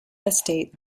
estate